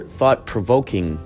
thought-provoking